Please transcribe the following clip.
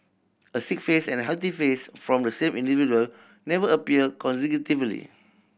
a sick face and healthy face from the same individual never appeared consecutively